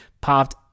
popped